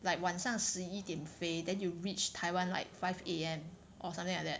like 晚上十一点飞 then you reach taiwan like five A_M or something like that